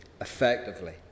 effectively